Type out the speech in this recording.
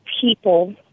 people